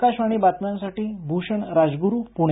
आकाशवाणी बातम्यांसाठी भूषण राजगुरू पुणे